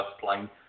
plane